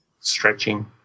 Stretching